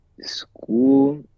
school